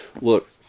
Look